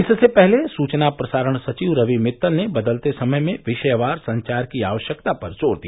इससे पहले सूचना प्रसारण सचिव रवि मित्तल ने बदलते समय में विषयवार संचार की आवश्यकता पर जोर दिया